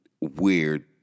weird